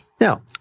Now